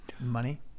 Money